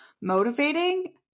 motivating